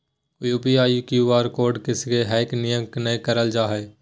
UPI, Q R code hack हैक नयय करल जा हइ